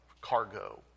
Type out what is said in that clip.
cargo